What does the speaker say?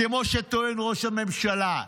כמו שטוען ראש הממשלה,